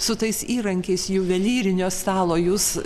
su tais įrankiais juvelyrinio salo jūs